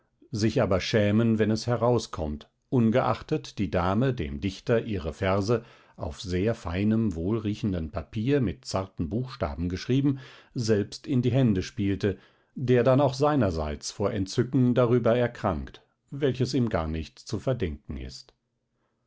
sich aber sehr schämen wenn es herauskommt ungeachtet die dame dem dichter ihre verse auf sehr feinem wohlriechenden papier mit zarten buchstaben geschrieben selbst in die hände spielte der dann auch seinerseits vor entzücken darüber erkrankt welches ihm gar nicht zu verdenken ist